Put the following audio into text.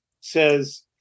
says